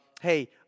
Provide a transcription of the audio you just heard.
hey